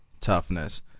toughness